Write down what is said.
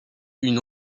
une